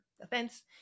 offense